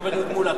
חבר הכנסת מולה,